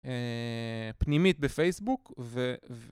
פנימית בפייסבוק ו...